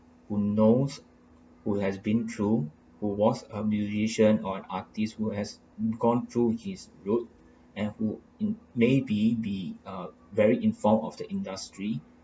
who knows who has been through who was a musician or an artist who has gone through his road and who in maybe be uh very informed of the industry